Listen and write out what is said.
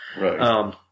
Right